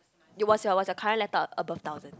it's was your was your current laptop above thousand